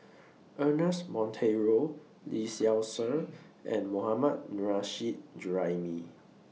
Ernest Monteiro Lee Seow Ser and Mohammad Nurrasyid Juraimi